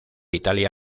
italia